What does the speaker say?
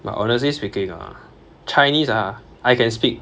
but honestly speaking ah chinese ah I can speak